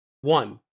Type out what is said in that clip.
One